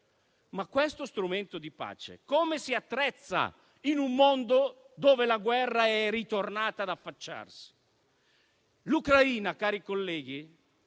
questo strumento di pace come si attrezza in un mondo dove la guerra è ritornata ad affacciarsi? L'Ucraina, cari colleghi,